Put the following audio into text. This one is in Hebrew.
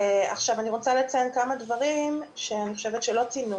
אני רוצה לציין כמה דברים שלא ציינו: